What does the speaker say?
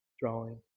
drawing